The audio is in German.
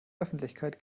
öffentlichkeit